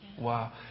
Wow